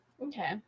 okay